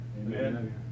Amen